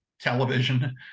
television